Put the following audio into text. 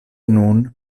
nun